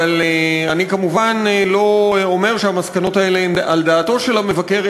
אבל אני כמובן לא אומר שהמסקנות האלה הן על דעתו של המבקר,